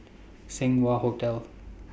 Seng Wah Hotel